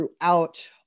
throughout